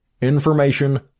Information